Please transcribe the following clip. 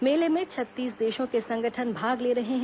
मेले में छत्तीस देशों के संगठन भाग ले रहे हैं